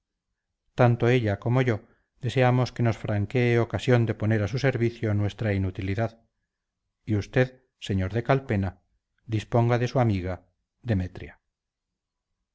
tanto ella como yo deseamos que nos franquee ocasión de poner a su servicio nuestra inutilidad y usted sr de calpena disponga de su amiga demetria